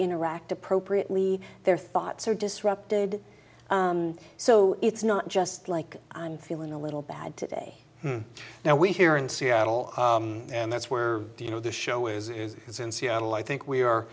interact appropriately their thoughts are disrupted so it's not just like i'm feeling a little bad today now we here in seattle and that's were you know the show is is in seattle i think we are